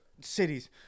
cities